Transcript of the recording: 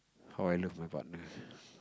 how I love my partner